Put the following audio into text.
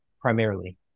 primarily